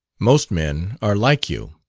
most men are like you.